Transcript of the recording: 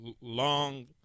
long